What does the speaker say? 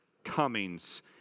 comings